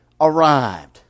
arrived